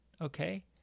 okay